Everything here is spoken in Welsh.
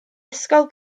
ysgol